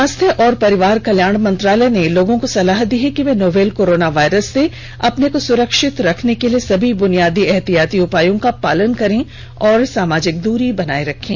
स्वास्थ्य और परिवार कल्याण मंत्रालय ने लोगों को सलाह दी है कि वे नोवल कोरोना वायरस से अपने को सुरक्षित रखने के लिए सभी बुनियादी एहतियाती उपायों का पालन करें और सामाजिक दृरी बनाए रखें